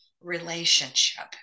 relationship